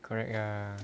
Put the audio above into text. correct ah